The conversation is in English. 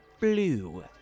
blue